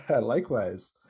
Likewise